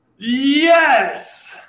Yes